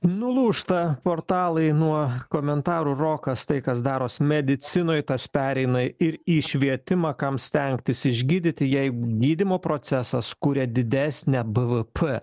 nu lūžta portalai nuo komentarų r okas tai kas daros medicinoj kas pereina ir į švietimą kam stengtis išgydyti jei gydymo procesas kuria didesnę bvp